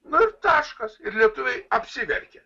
na ir taškas ir lietuviai apsiverkė